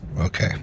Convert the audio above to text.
Okay